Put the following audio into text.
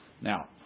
Now